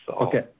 Okay